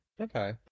okay